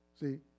see